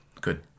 Good